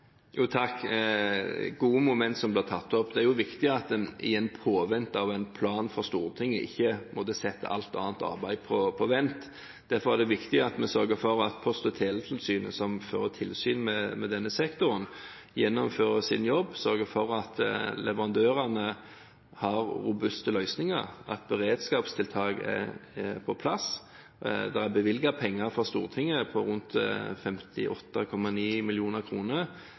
Takk, det er gode momenter som blir tatt opp. Det er viktig at en i påvente av en plan fra Stortinget ikke setter alt annet arbeid på vent. Derfor er det viktig at vi sørger for at Post- og teletilsynet, som fører tilsyn med denne sektoren, gjennomfører sin jobb – sørger for at leverandørene har robuste løsninger, at beredskapstiltak er på plass. Det er bevilget penger fra Stortinget, rundt 58,9